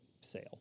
sale